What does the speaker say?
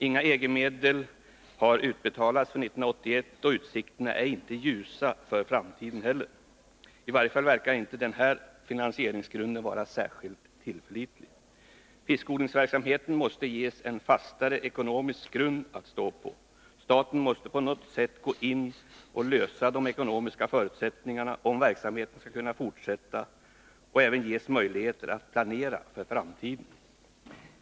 Inga EG-medel har utbetalats för 1981, och utsikterna för framtiden är inte heller ljusa. I varje fall verkar inte denna finansieringsgrund vara särskilt tillförlitlig. Fiskodlingsverksamheten måste ges en fastare ekonomisk grund att stå på. Staten måste på något sätt gå in och lösa frågan om de ekonomiska förutsättningarna, om verksamheten skall kunna fortsätta och för att man skall ha möjligheter att planera för framtiden.